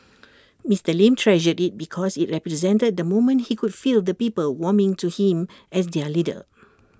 Mister lee treasured IT because IT represented the moment he could feel the people warming to him as their leader